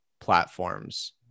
platforms